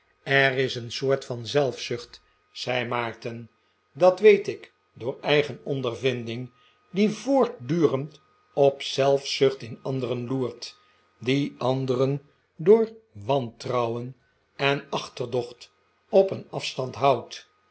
er is een soort van zelfzucht zei maarten dat weet ik door eigen ondervinding die voortdurend op zelfzucht in anderen loert die anderen door wantrouwen en achterdocht op een afstand houdt